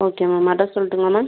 okay ma'am address சொல்லுட்டுங்களா ma'am